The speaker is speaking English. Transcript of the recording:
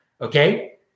okay